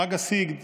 חג הסיגד